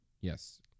Yes